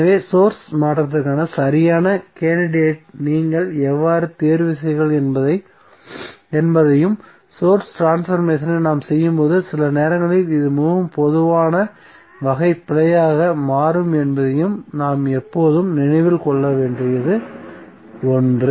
எனவேசோர்ஸ் மாற்றத்திற்கான சரியான கேண்டிடேட்நீங்கள் எவ்வாறு தேர்வு செய்கிறீர்கள் என்பதையும் சோர்ஸ் ட்ரான்ஸ்பர்மேசனை நாம் செய்யும்போது சில நேரங்களில் இது மிகவும் பொதுவான வகை பிழையாக மாறும் என்பதையும் நாம் எப்போதும் நினைவில் கொள்ள வேண்டிய ஒன்று